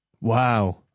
Wow